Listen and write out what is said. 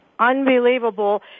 Unbelievable